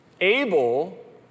Abel